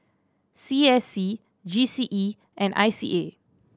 C S C G C E and I C A